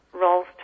roles